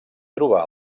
trobà